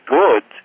good